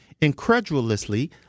incredulously